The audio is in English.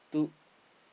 to